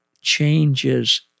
changes